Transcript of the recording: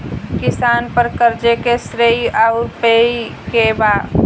किसान पर क़र्ज़े के श्रेइ आउर पेई के बा?